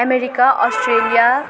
America Australia